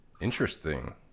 Interesting